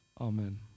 amen